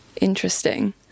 interesting